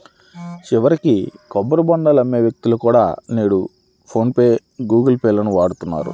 చివరికి కొబ్బరి బోండాలు అమ్మే వ్యక్తులు కూడా నేడు ఫోన్ పే లేదా గుగుల్ పే లను వాడుతున్నారు